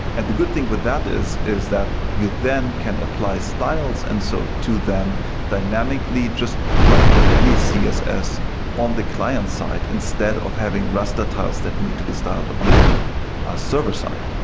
and the good thing with that is is that you then can apply styles and so to them dynamically just like with any css on the client side instead of having raster tiles that need to be styled on the ah server side.